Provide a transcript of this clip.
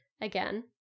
Again